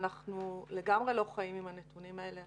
אנחנו לגמרי לא חיים עם הנתונים האלה.